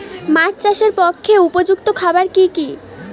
মাছ চাষের পক্ষে উপযুক্ত খাবার কি কি?